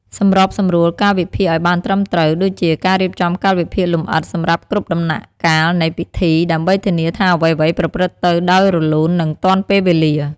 សម្របសម្រួលកាលវិភាគឲ្យបានត្រឹមត្រូវ ដូចជាការរៀបចំកាលវិភាគលម្អិតសម្រាប់គ្រប់ដំណាក់កាលនៃពិធី ដើម្បីធានាថាអ្វីៗប្រព្រឹត្តទៅដោយរលូន និងទាន់ពេលវេលា។